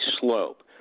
slope